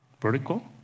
vertical